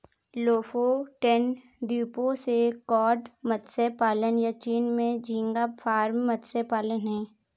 Lofoten द्वीपों से cod मत्स्य पालन, या चीन में झींगा फार्म मत्स्य पालन हैं